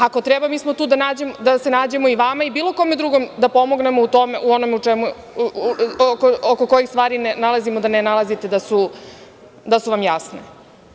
Ako treba, mi smo tu da se nađemo i vama i bilo kome drugom da pomognemo oko kojih stvari nalazimo da ne nalazite da su vam jasne.